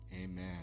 amen